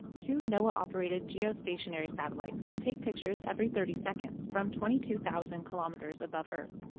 two noaa-operated geostationary satellites can take pictures every thirty seconds from twenty two thousand kilometers above earth.